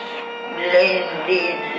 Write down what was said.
blended